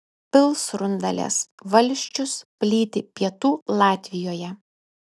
pilsrundalės valsčius plyti pietų latvijoje